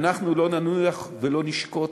אנחנו לא ננוח ולא נשקוט